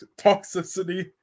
toxicity